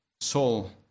soul